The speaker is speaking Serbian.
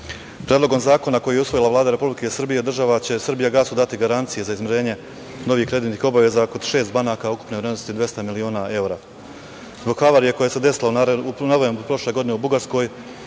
njih. Predlogom zakona koji je usvojila Vlade Republike Srbije, država će „Srbijagasu“ dati garancije za izmirenje novih kreditnih obaveza kod šest banaka, ukupne vrednosti 200 miliona evra. Zbog havarije koja se desila u novembru prošle godine u Bugarskoj